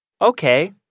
Okay